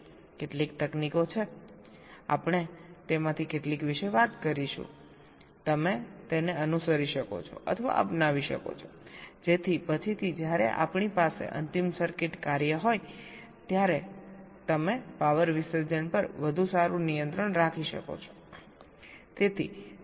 કેટલીક તકનીકો છે આપણે તેમાંથી કેટલીક વિશે વાત કરીશું તમે તેને અનુસરી શકો છો અથવા અપનાવી શકો છો જેથી પછીથી જ્યારે આપણી પાસે અંતિમ સર્કિટ કાર્ય હોય ત્યારે તમે પાવર વિસર્જન પર વધુ સારું નિયંત્રણ રાખી શકો છો